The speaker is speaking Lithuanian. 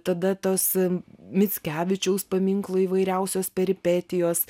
tada tos mickevičiaus paminklo įvairiausios peripetijos